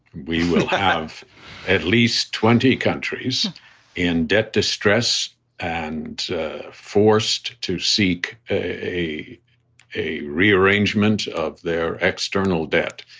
we will have at least twenty countries in debt distress and forced to seek a a rearrangement of their external debt.